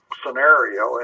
scenario